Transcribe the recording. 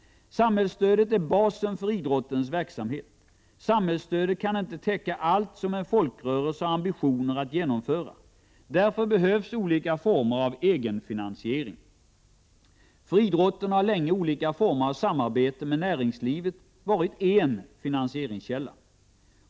Samhällsstödet är basen för idrottens verksamhet. Samhällsstödet kan inte täcka allt som en folkrörelse har ambitioner att genomföra. Därför behövs olika former av egenfinansiering. För idrotten har länge olika former av samarbete med näringslivet varit en finansieringskälla.